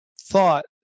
thought